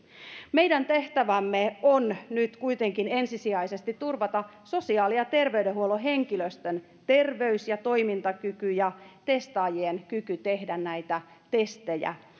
meidän tehtävämme on nyt kuitenkin ensisijaisesti turvata sosiaali ja terveydenhuollon henkilöstön terveys ja toimintakyky ja testaajien kyky tehdä näitä testejä